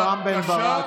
חבר הכנסת רם בן ברק,